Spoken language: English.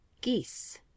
GEESE